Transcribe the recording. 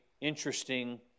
interesting